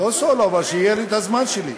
לא סולו, אבל שיהיה לי את הזמן שלי,